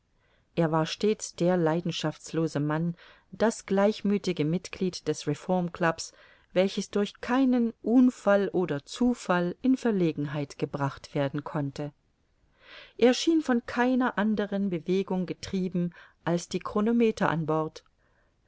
er war stets der leidenschaftslose mann das gleichmüthige mitglied des reformclubs welches durch keinen unfall oder zufall in verlegenheit gebracht werden konnte er schien von keiner anderen bewegung getrieben als die chronometer an bord